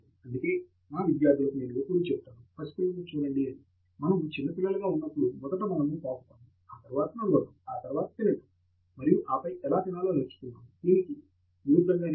తంగిరాల అందుకే నా విద్యార్థులకు నేను ఎప్పుడూ చెపుతాను పసిపిల్లలను చూడండి అని మనము చిన్న పిల్లలుగా ఉన్నప్పడు మొదట మనము పాకుతాము మరియు తరువాత నడవడం ఆ తరువాత తినటం మరియు ఆపై ఎలా తినాలో నేర్చుకున్నాను లేదా దీనికి విరుద్ధంగా